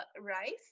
rice